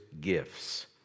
gifts